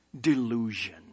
delusion